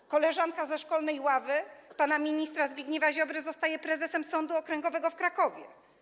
Np. koleżanka ze szkolonej ławy pana ministra Zbigniewa Ziobry została prezesem Sądu Okręgowego w Krakowie.